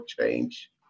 change